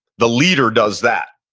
the leader does that,